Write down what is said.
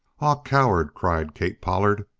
ah, coward! cried kate pollard,